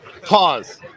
Pause